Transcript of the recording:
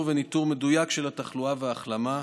וניטור מדויק של התחלואה וההחלמה,